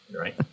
right